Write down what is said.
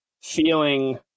feeling